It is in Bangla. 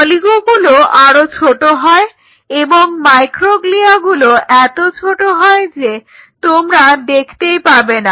অলিগোগুলো আরো ছোট হয় এবং মাইক্রোগ্লিয়াগুলো এত ছোট হয় যে তোমরা দেখতেই পাবে না